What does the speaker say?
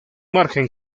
margen